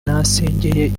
nasengeye